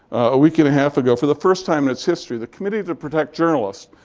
a week and a half ago, for the first time in its history, the committee to protect journalists,